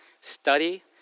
study